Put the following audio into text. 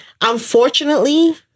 unfortunately